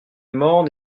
morne